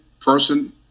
person